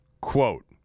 quote